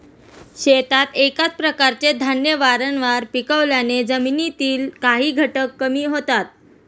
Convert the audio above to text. शेतात एकाच प्रकारचे धान्य वारंवार पिकवल्याने जमिनीतील काही घटक कमी होतात